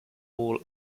all